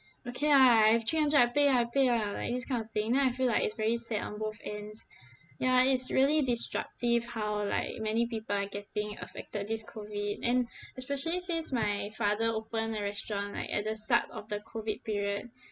okay lah I have three hundred I pay lah I pay lah like this kind of thing then I feel like it's very sad on both ends ya it's really disruptive how like many people are getting affected this COVID and especially since my father opened a restaurant like at the start of the COVID period